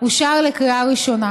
אושר לקריאה ראשונה.